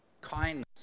kindness